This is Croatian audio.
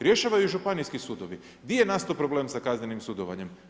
Rješavaju i županijski sudovi, di je nastao problem sa kaznenim sudovanjem?